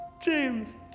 James